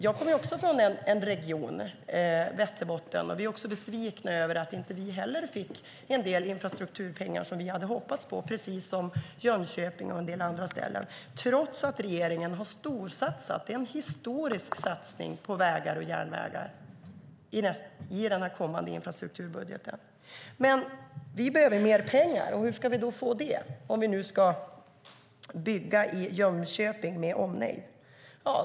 Jag kommer från Västerbotten, och vi är besvikna över att inte heller vi fick de infrastrukturpengar som vi hade hoppats få, precis som Jönköping och en del andra ställen, trots att regeringen har storsatsat. Det görs en historiskt stor satsning på vägar och järnvägar i den kommande infrastrukturbudgeten. Vi behöver mer pengar. Hur får vi det om vi ska bygga i Jönköping med omnejd?